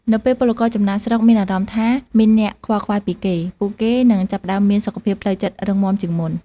នៅពេលពលករចំណាកស្រុកមានអារម្មណ៍ថាមានអ្នកខ្វល់ខ្វាយពីគេ ពួកគេនឹងចាប់ផ្តើមមានសុខភាពផ្លូវចិត្តរឹងមាំជាងមុន។